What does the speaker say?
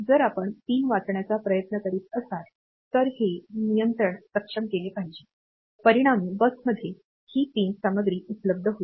जर आपण पिन वाचण्याचा प्रयत्न करीत असालतर हे नियंत्रण सक्षम केले पाहिजे परिणामी बसमध्ये ही पिन सामग्री उपलब्ध होईल